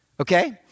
Okay